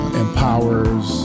empowers